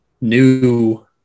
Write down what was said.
new